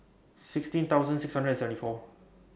sixteen thousand six hundred and seventy four